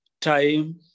time